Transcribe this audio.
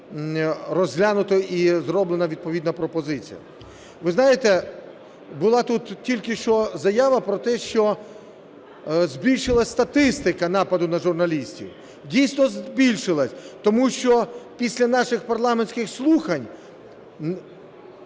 розглянуто і зроблена відповідна пропозиція. Ви знаєте, була тут тільки що заява про те, що збільшилася статистика нападу на журналістів. Дійсно збільшилася, тому що після наших парламентських слухань